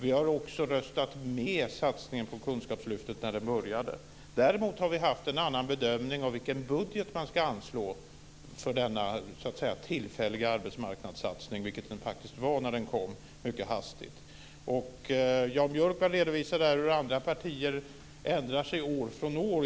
Vi har också röstat med på satsningen för Kunskapslyftet när det började. Däremot har vi haft en annan bedömning av vilken budget man ska anslå för denna tillfälliga arbetsmarknadssatsning, vilket den faktiskt var när den kom mycket hastigt. Jan Björkman redovisar hur andra partier ändrar sig år från.